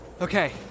Okay